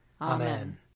Amen